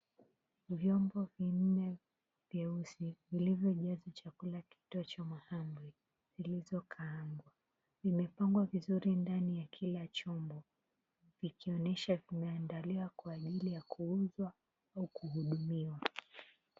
Vyombo vinne vyeusi vilivyojaza chakula kilio cha mahamri zilizo kaangwa, imepangwa vizuri ndani ya kila chombo ikionesha vimeandaliwa kwa ajili ya kuuzwa au kuhudumiwa.